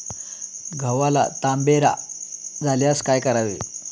गव्हाला तांबेरा झाल्यास काय करावे?